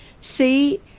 see